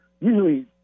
usually